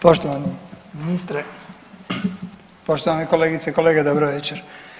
Poštovani ministre, poštovane kolegice i kolege, dobro veče.